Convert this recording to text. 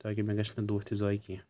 تاکہِ مےٚ گژھِ نہٕ دۄہ تہِ ضایع کیٚنٛہہ